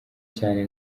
cyane